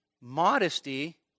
modesty